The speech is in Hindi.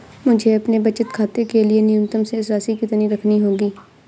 मुझे अपने बचत खाते के लिए न्यूनतम शेष राशि कितनी रखनी होगी?